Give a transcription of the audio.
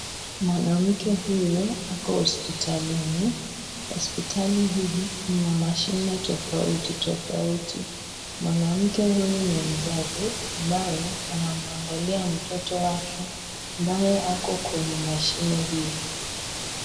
Mwanamke huyu ako hospitalini, hospitali hii ina mshine tofauti tofauti, mwanamke huyu ni mzazi ambaye anamwangalia mtoto wake ambaye ako kwenye mashine hii.